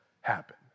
happen